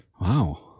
Wow